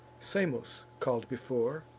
samos call'd before.